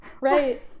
Right